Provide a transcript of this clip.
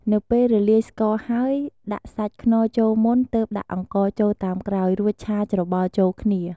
នៅពេលរលាយស្ករហើយ ដាក់សាច់ខ្នុរចូលមុន ទើបដាក់អង្ករចូលតាមក្រោយ រួចឆាច្របល់ចូលគ្នា។